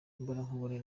imbonankubone